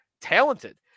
talented